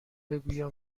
بگویم